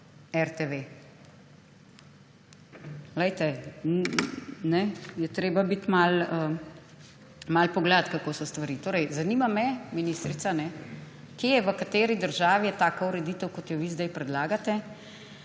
je treba pogledati, kako so stvari. Zanima me, ministrica, kje, v kateri državi je taka ureditev, kot jo vi sedaj predlagate.